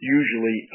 usually